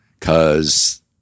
Cause